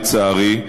לצערי,